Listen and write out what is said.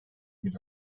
bin